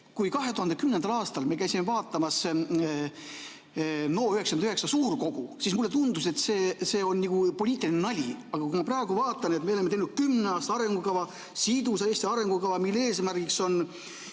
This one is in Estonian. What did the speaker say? Kui me 2010. aastal käisime vaatamas NO99 suurkogu, siis mulle tundus, et see on nagu poliitiline nali. Aga kui ma praegu vaatan, et me oleme teinud kümne aasta arengukava, sidusa Eesti arengukava, mille eesmärgiks on